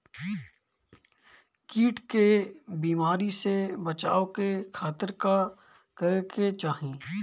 कीट के बीमारी से बचाव के खातिर का करे के चाही?